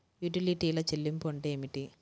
యుటిలిటీల చెల్లింపు అంటే ఏమిటి?